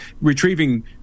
retrieving